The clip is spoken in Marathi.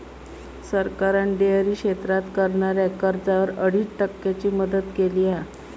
सरकारान डेअरी क्षेत्रात करणाऱ्याक कर्जावर अडीच टक्क्यांची मदत केली हा